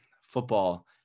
football